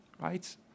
right